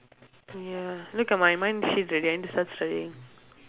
ya look at mine mine is shit already I need to start studying